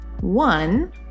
One